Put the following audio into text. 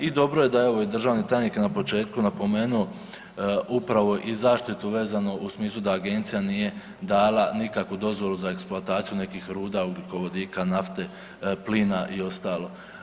I dobro je da evo i državni tajnik je na početku napomenuo upravo i zaštitu vezano u smislu da agencija nije dala nikakvu dozvolu za eksploataciju nekih ruda, ugljikovodika, nafte, plina i ostalo.